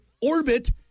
orbit